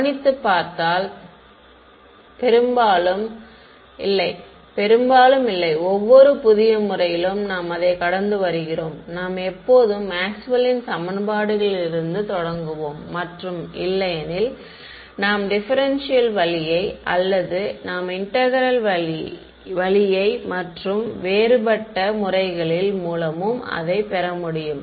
கவனித்து பார்த்தால் பெரும்பாலும் பெரும்பாலும் இல்லை ஒவ்வொரு புதிய முறையிலும் நாம் அதை கடந்து வருகிறோம் நாம் எப்போதும் மேக்ஸ்வெல்லின் சமன்பாடுகளில் இருந்து தொடங்குவோம் மற்றும் இல்லையெனில் நாம் டிபேரெண்ட்ஷியல் வழியை அல்லது நாம் இன்டெக்ரேல் வழியை மற்றும் வேறுபட்ட முறைகளில் மூலமும் அதை பெற முடியும்